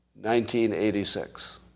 1986